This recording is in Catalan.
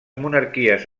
monarquies